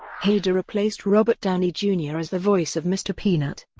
hader replaced robert downey, jr, as the voice of mr. peanut.